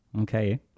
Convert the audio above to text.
Okay